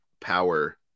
power